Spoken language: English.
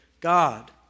God